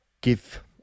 give